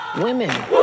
women